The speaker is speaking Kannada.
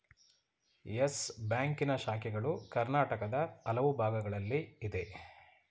ಯಸ್ ಬ್ಯಾಂಕಿನ ಶಾಖೆಗಳು ಕರ್ನಾಟಕದ ಹಲವು ಭಾಗಗಳಲ್ಲಿ ಇದೆ